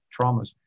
traumas